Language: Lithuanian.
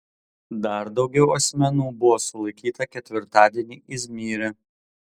dar daugiau asmenų buvo sulaikyta ketvirtadienį izmyre